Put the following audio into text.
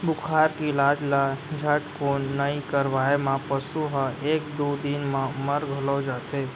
बुखार के इलाज ल झटकुन नइ करवाए म पसु ह एक दू दिन म मर घलौ जाथे